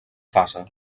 fase